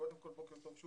קודם כל בוקר טוב.